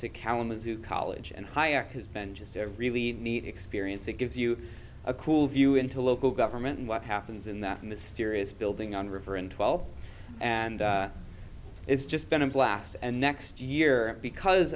to kalamazoo college and high arc has been just a really neat experience it gives you a cool view into local government and what happens in that mysterious building on the river in twelve and it's just been a blast and next year because